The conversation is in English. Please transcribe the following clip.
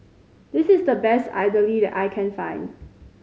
this is the best idly that I can find